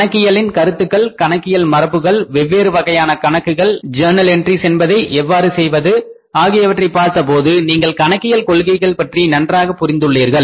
கணக்கியலின் கருத்துக்கள் கணக்கியல் மரபுகள் வெவ்வேறு வகையான கணக்குகள் ஜோர்னல் எண்ட்ரீஸ் என்பதை எவ்வாறு செய்வது ஆகியவற்றை பார்த்தபோது நீங்கள் கணக்கியல் கொள்கைகள் பற்றி நன்றாக புரிந்துள்ளீர்கள்